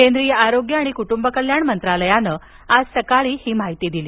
केंद्रीय आरोग्य आणि कुटुंब कल्याण मंत्रालयानं आज सकाळी ही माहिती दिली